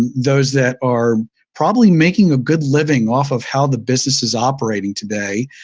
those that are probably making a good living off of how the business is operating today,